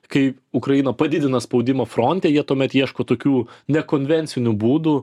kai ukraina padidino spaudimą fronte jie tuomet ieško tokių nekonvencinių būdų